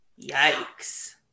yikes